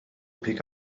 pick